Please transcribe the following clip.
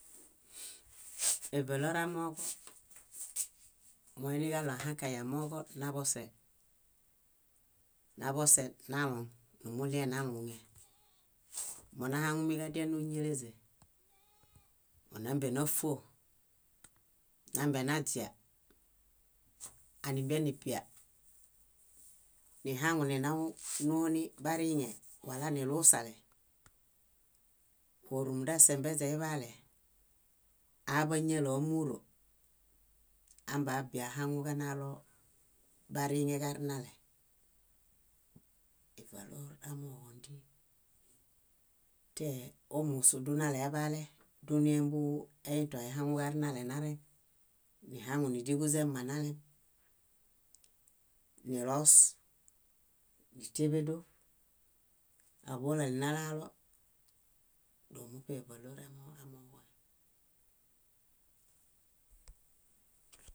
. Évalœramooġo moiniġaɭo ahãkay naḃose, naḃose naloŋ numuɭienaluuŋe. Monahaŋumiġadia nóñeleźe, ónambenafuo, nambenaźia, ánimbenibia, nihaŋuninaw nuni bariŋe, walanilusale órumunda sembeźeiḃaale, áaḃañialeamuro ambeabia ahaŋuġanalo bariŋe arinale, évalœramooġoondii te ómu dunalesieḃale duniembuueĩto aihaŋuġarinaleoreŋ, nihaŋu nídiḃuźemanalem, niloos, nítieḃedoṗ, áḃolali nalaalo dóo muṗe évalœramooġoem.